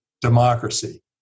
democracy